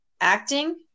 Acting